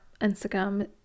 Instagram